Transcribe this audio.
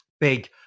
big